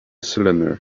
cylinder